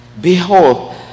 Behold